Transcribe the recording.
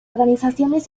organizaciones